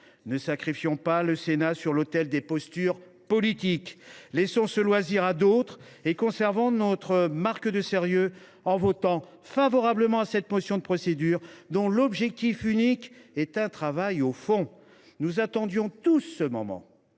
Ne sacrifions pas le Ceta sur l’autel des postures politiques. Laissons ce loisir à d’autres, et conservons notre image de sérieux en votant cette motion de procédure, dont l’objectif unique est de permettre un travail au fond. Nous attendions tous ce moment,